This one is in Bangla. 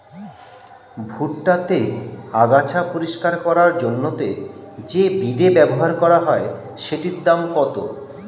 ভুট্টা তে আগাছা পরিষ্কার করার জন্য তে যে বিদে ব্যবহার করা হয় সেটির দাম কত?